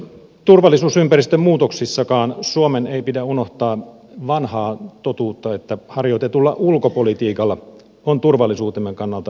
turvallisuusympäristön muutoksissakaan suomen ei pidä unohtaa vanhaa totuutta että harjoitetulla ulkopolitiikalla on turvallisuutemme kannalta suuri merkitys